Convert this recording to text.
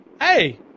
hey